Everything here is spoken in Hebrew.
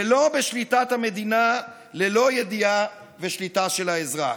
ולא בשליטת המדינה ללא ידיעה ושליטה של האזרח.